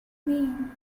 mean